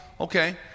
okay